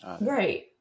Right